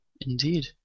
Indeed